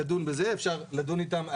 אפשר לדון איתם,